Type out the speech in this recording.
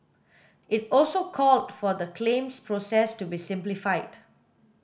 it also called for the claims process to be simplified